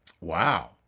Wow